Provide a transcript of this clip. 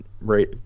right